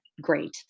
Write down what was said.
great